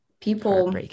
people